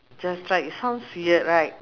just try it sounds weird right